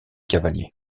cavaliers